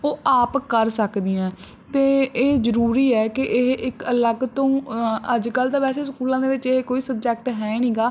ਉਹ ਆਪ ਕਰ ਸਕਦੀਆਂ ਅਤੇ ਇਹ ਜ਼ਰੂਰੀ ਹੈ ਕਿ ਇਹ ਇੱਕ ਅਲੱਗ ਤੋਂ ਅੱਜ ਕੱਲ੍ਹ ਤਾਂ ਵੈਸੇ ਸਕੂਲਾਂ ਦੇ ਵਿੱਚ ਇਹ ਕੋਈ ਸਬਜੈਕਟ ਹੈ ਨਹੀਂ ਗਾ